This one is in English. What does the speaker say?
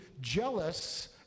jealous